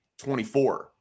24